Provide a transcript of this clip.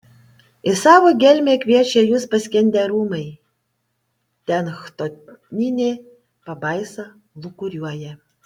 į savo gelmę kviečia jus paskendę rūmai ten chtoninė pabaisa lūkuriuoja